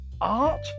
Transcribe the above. art